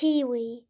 Kiwi